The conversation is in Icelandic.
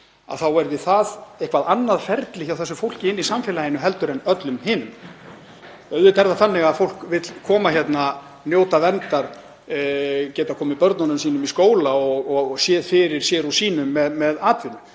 þá verði það eitthvert annað ferli hjá þessu fólki inn í samfélagið en öllum hinum. Auðvitað er það þannig að fólk vill koma hingað, njóta verndar, geta komið börnunum sínum í skóla og séð fyrir sér og sínum með atvinnu